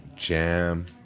Jam